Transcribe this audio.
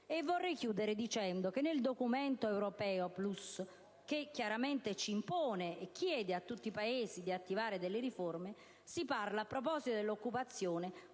Vorrei chiudere dicendo che nel Patto euro plus, che impone e chiede a tutti i Paesi di attivare delle riforme, si parla a proposito dell'occupazione